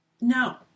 No